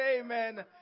Amen